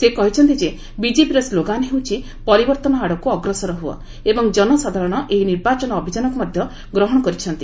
ସେ କହିଛନ୍ତି ଯେ ବିଜେପିର ସ୍କୋଗାନ୍ ହେଉଛି 'ପରିବର୍ତ୍ତନ ଆଡ଼କୁ ଅଗ୍ରସର ହୁଅ' ଏବଂ ଜନସାଧାରଣ ଏହି ନର୍ବାଚନ ଅଭିଯାନକୁ ମଧ୍ୟ ଗ୍ରହଣ କରିଛନ୍ତି